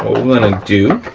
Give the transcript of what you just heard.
what we're gonna do,